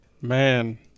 man